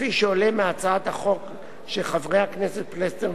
כפי שעולה מהצעת החוק של חברי הכנסת פלסנר,